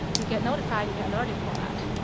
you get notified. you get alerted for that.